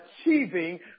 achieving